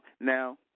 Now